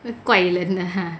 怪人啊她